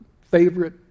favorite